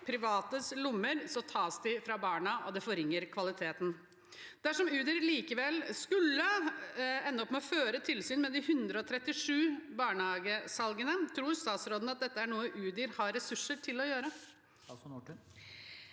privates lommer, tas det fra barna, og det forringer kvaliteten. Dersom Udir likevel skulle ende opp med å føre tilsyn med de 137 barnehagesalgene, tror statsråden at dette er noe Udir har ressurser til å gjøre?